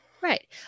Right